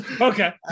Okay